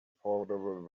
affordable